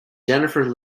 jennifer